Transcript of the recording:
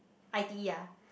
I_T_E ah